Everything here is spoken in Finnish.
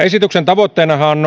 esityksen tavoitteenahan